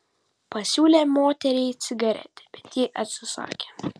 pasiūlė moteriai cigaretę bet ji atsisakė